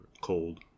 cold